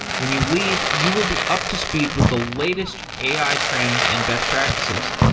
when you leave, you will be up to speed with the latest ai trends and best practices.